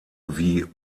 wie